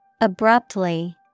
Abruptly